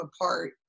apart